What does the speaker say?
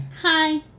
Hi